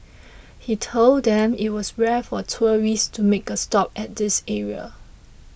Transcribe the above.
he told them it was rare for tourists to make a stop at this area